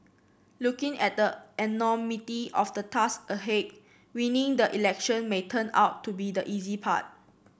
looking at the enormity of the tasks ahead winning the election may turn out to be the easy part